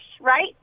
right